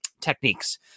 techniques